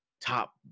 top